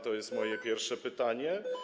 To jest moje pierwsze pytanie.